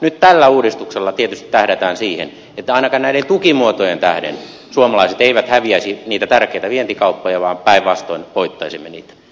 nyt tällä uudistuksella tietysti tähdätään siihen että ainakaan näiden tukimuotojen tähden suomalaiset eivät häviäisi niitä tärkeitä vientikauppoja vaan päinvastoin voittaisimme niitä